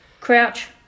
Crouch